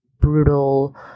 brutal